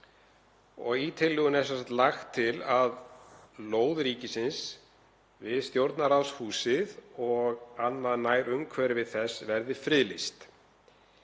Í tillögunni er lagt til að lóð ríkisins við Stjórnarráðshúsið og annað nærumhverfi þess verði friðlýst.